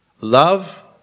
Love